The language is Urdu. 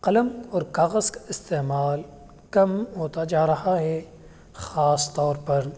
قلم اور کاغذ کا استعمال کم ہوتا جا رہا ہے خاص طور پر